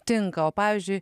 tinka o pavyzdžiui